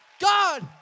God